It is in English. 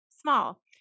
small